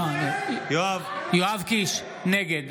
נגד